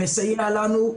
שמסייע לנו.